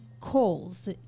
calls